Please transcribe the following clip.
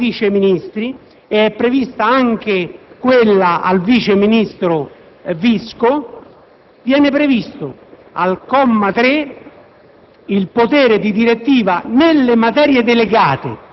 allorquando vengono conferite le deleghe ai Vice ministri, ed è conferita anche quella al vice ministro Visco, viene previsto, al comma 3